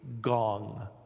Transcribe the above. gong